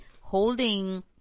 holding